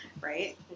right